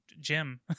jim